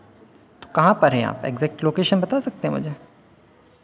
तो कहाँ पर हैं आप इग्ज़ैक्ट लोकेशन बता सकते हैं मुझे